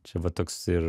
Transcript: čia va toks ir